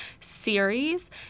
series